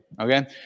Okay